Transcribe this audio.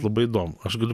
labai įdomu aš galiu